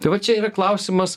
tai va čia yra klausimas